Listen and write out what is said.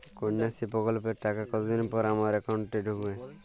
কন্যাশ্রী প্রকল্পের টাকা কতদিন পর আমার অ্যাকাউন্ট এ ঢুকবে?